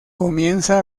comienza